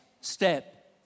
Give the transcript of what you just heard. step